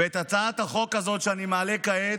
ואת הצעת החוק הזאת שאני מעלה כעת,